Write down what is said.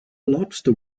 lobster